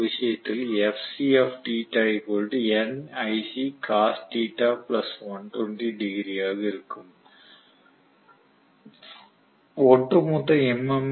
மற்றொரு விஷயத்தில் ஆக இருக்கும் ஒட்டுமொத்த எம்